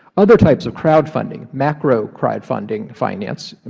other types of crowdfunding, micro crowdfunding finance, and